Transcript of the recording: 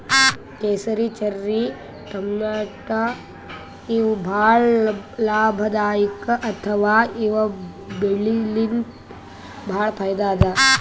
ಕೇಸರಿ, ಚೆರ್ರಿ ಟಮಾಟ್ಯಾ ಇವ್ ಭಾಳ್ ಲಾಭದಾಯಿಕ್ ಅಥವಾ ಇವ್ ಬೆಳಿಲಿನ್ತ್ ಭಾಳ್ ಫೈದಾ ಅದಾ